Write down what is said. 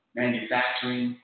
manufacturing